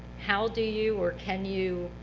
how do you or can you